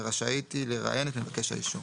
ורשאית היא לראיין את מבקש האישור.